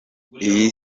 iyi